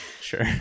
Sure